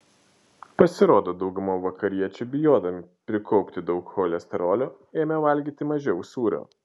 pasirodo dauguma vakariečių bijodami prikaupti daug cholesterolio ėmė valgyti mažiau sūrio